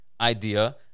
idea